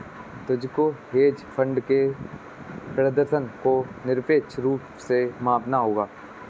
तुमको hedge fund के प्रदर्शन को निरपेक्ष रूप से मापना होगा